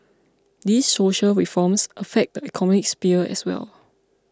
these social reforms affect the economic sphere as well